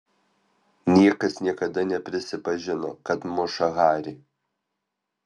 niekas niekada neprisipažino kad muša harį